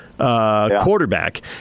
quarterback